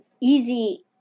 easy